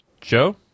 joe